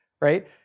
Right